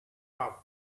off